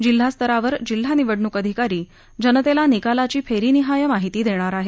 जिल्हास्तरावर जिल्हा निवडणूक अधिकारी जनतेला निकालाची फेरीनिहाय माहिती देणार आहेत